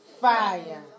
fire